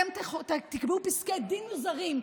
אתם תקבעו פסקי דין מוזרים,